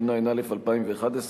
התשע"א 2011,